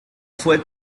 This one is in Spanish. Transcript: fue